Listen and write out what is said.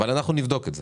אבל אנחנו נבדוק את זה.